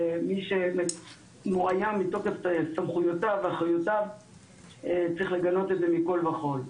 מי שמאויים מתוקף סמכויותיו ואחריותו צריך לגנות את זה מכל וכל.